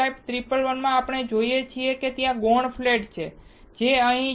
n type 111 માં આપણે જોઈએ છીએ ત્યાં ગૌણ ફ્લેટ છે જે અહીં છે